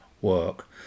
work